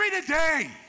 today